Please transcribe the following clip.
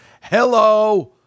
Hello